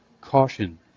Caution